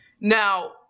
Now